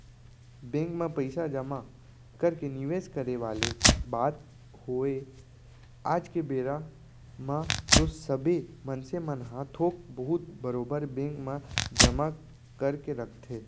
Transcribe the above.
bank म पइसा जमा करके निवेस करे वाले बात होवय आज के बेरा म तो सबे मनसे मन ह थोक बहुत बरोबर बेंक म जमा करके रखथे